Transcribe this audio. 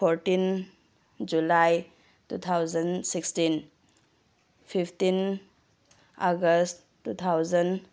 fourteen July two thousand sixteen fifteen August two thousand